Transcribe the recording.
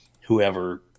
whoever